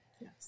Yes